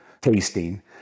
tasting